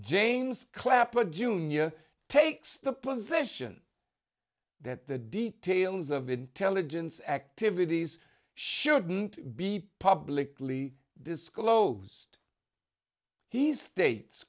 james clapper jr takes the position that the details of intelligence activities shouldn't be publicly disclosed he states